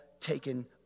taken